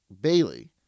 Bailey